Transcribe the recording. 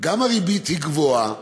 וגם הריבית גבוהה.